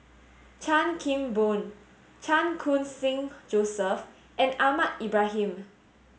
Chan Kim Boon Chan Khun Sing Joseph and Ahmad Ibrahim